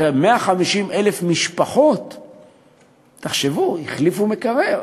תראה, 150,000 משפחות, תחשבו, החליפו מקרר.